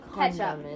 ketchup